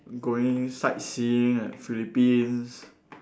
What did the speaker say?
going sightseeing at Philippines